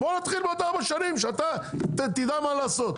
בואו נתחיל בעוד ארבע שנים שאתה תדע מה לעשות,